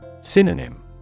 Synonym